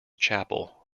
chapel